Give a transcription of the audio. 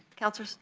councilor so